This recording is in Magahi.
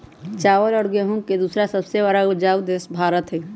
चावल और गेहूं के दूसरा सबसे बड़ा उपजाऊ देश भारत हई